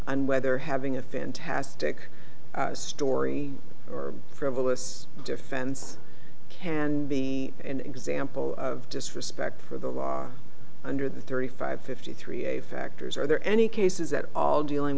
and whether having a fantastic story or frivolous defense can be an example of disrespect for the law under the thirty five fifty three a factors are there any cases at all dealing